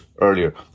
earlier